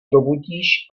probudíš